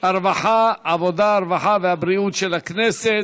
הרווחה והבריאות נתקבלה.